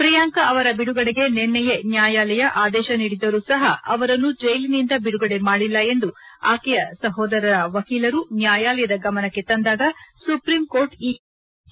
ಪ್ರಿಯಾಂಕ ಅವರ ಬಿಡುಗಡೆಗೆ ನಿನ್ನೆಯೇ ನ್ಯಾಯಾಲಯ ಆದೇಶ ನೀಡಿದ್ದರೂ ಸಹ ಅವರನ್ನು ಜೈಲಿನಿಂದ ಬಿಡುಗಡೆ ಮಾಡಿಲ್ಲ ಎಂದು ಆಕೆಯ ಸಹೋದರರ ವಕೀಲರು ನ್ಯಾಯಾಲಯದ ಗಮನಕ್ಕೆ ತಂದಾಗ ಸುಪ್ರಿಂ ಕೋರ್ಟ್ ಈ ವಿವರಣೆ ನೀಡಿತು